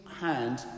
hand